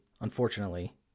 unfortunately